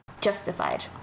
justified